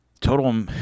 Total